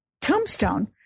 Tombstone